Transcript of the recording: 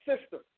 system